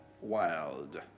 wild